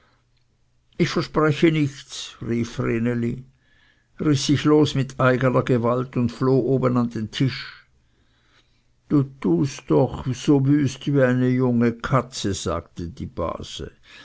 ich verspreche nichts rief vreneli riß sich los mit eigener gewalt und floh oben an den tisch du tust doch so wüst wie eine junge katze sagte die base